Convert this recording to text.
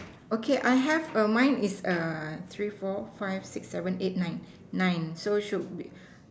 okay I have err mine is err three four five six seven eight nine nine so should be